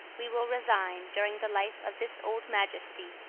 we will resign, during the life of this old majesty,